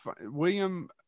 William